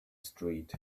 street